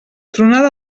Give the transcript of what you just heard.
tronada